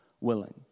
willing